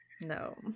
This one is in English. no